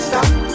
Stop